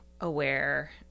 aware